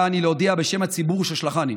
בא אני להודיע בשם הציבור ששלחני,